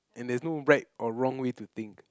and there's no right or wrong way to think